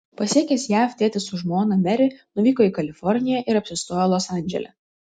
pasiekęs jav tėtis su žmona meri nuvyko į kaliforniją ir apsistojo los andžele